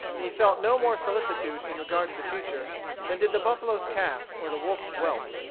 and he felt no more solicitude in regard to the future than did the buffalo's calf or the wolf's whelp.